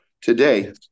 Today